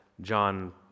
John